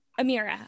Amira